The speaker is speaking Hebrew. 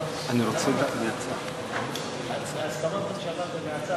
בהסכמת הממשלה זה מהצד,